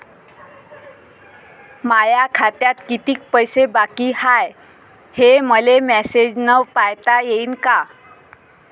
माया खात्यात कितीक पैसे बाकी हाय, हे मले मॅसेजन पायता येईन का?